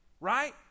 Right